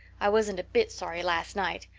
i wasn't a bit sorry last night.